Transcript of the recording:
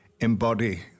embody